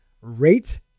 rate